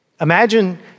Imagine